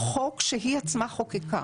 חוק שהיא עצמה חוקקה